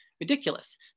ridiculous